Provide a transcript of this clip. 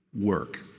work